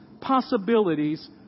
possibilities